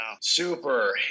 super